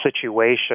situation